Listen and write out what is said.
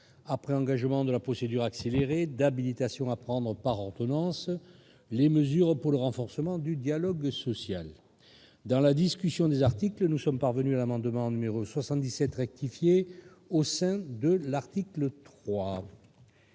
après un engagement de la procédure accélérée d'habilitation à prendre par ordonnance les mesures pour le renforcement du dialogue social dans la discussion des articles, nous sommes parvenus à l'amendement numéro 77 rectifier au sein de l'article 3.